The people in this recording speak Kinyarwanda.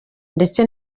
ndetse